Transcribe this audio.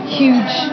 huge